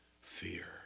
fear